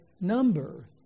number